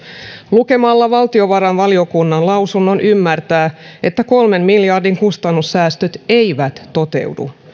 lukemalla valtiovarainvaliokunnan lausunnon ymmärtää että kolmen miljardin kustannussäästöt eivät toteudu